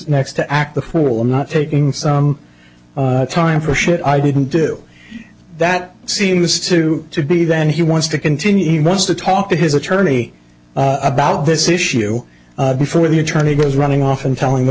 next to act the fool not taking some time for shit i didn't do that seems to be then he wants to continue he wants to talk to his attorney about this issue before the attorney was running off and telling the